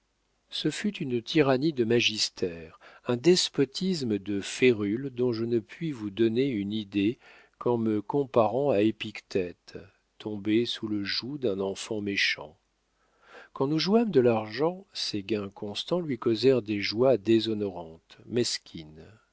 ce fut une tyrannie de magister un despotisme de férule dont je ne puis vous donner une idée qu'en me comparant à épictète tombé sous le joug d'un enfant méchant quand nous jouâmes de l'argent ses gains constants lui causèrent des joies déshonorantes mesquines